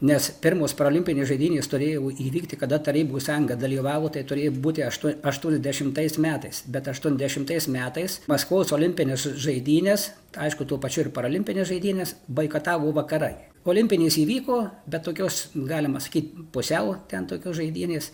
nes pirmos parolimpinių žaidynės turėjo įvykti kada tarybų sąjunga dalyvavo tai turėjo būti aštuoni aštuoniasdešimtais metais bet aštuoniasdešimtais metais maskvos olimpinės žaidynės aišku tuo pačiu ir paralimpinės žaidynės boikotavo vakarai olimpinės įvyko bet tokios galima sakyt pusiau ten tokios žaidynės